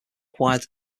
acquired